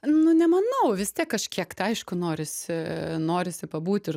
nu nemanau vis tiek kažkiek tai aišku norisi norisi pabūt ir